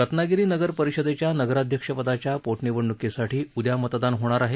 रत्नागिरी नगर परिषदेच्या नगराध्यक्ष पदाच्या पोटनिवडणुकीसाठी उद्या मतदान होणार आहे